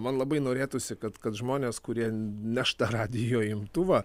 man labai norėtųsi kad kad žmonės kurie neš tą radijo imtuvą